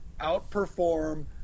outperform